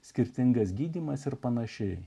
skirtingas gydymas ir pan